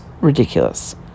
ridiculous